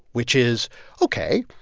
which is ok,